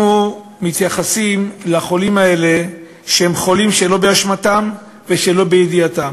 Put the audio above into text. אנחנו מתייחסים לחולים האלה כאל חולים שלא באשמתם ושלא בידיעתם.